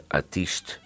artiest